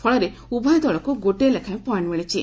ଫଳରେ ଉଭୟ ଦଳକୁ ଗୋଟିଏ ଲେଖାଏଁ ପଏଣ୍ଟ୍ ମିଳିଛି